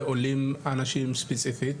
זה עולים אנשים ספציפית,